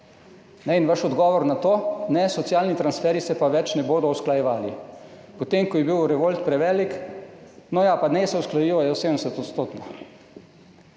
Vaš odgovor na to je ne, socialni transferji se pa več ne bodo usklajevali. Potem, ko je bil revolt prevelik, no, ja, pa naj se usklajujejo